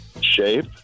shape